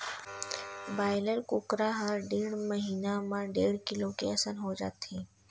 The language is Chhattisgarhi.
बायलर कुकरा ह डेढ़ महिना म डेढ़ किलो के असन हो जाथे